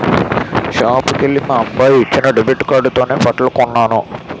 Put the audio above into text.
షాపుకెల్లి మా అబ్బాయి ఇచ్చిన డెబిట్ కార్డుతోనే బట్టలు కొన్నాను